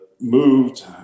moved